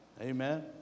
Amen